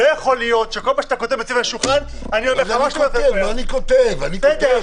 לא יכול להיות שכל מה שאתה כותב ונמצא על השולחן,